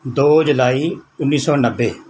ਦੋ ਜੁਲਾਈ ਉੱਨੀ ਸੌ ਨੱਬੇ